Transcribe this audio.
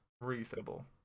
Reasonable